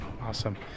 Awesome